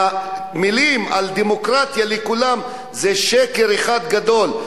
והמלים על דמוקרטיה לכולם זה שקר אחד גדול.